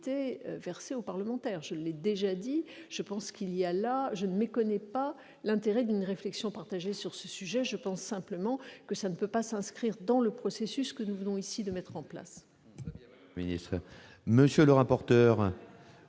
monsieur le rapporteur,